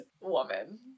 woman